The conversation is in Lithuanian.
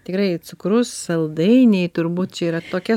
tikrai cukrus saldainiai turbūt čia yra tokia